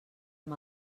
amb